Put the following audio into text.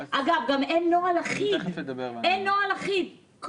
אגב, גם אין נוהל אחיד.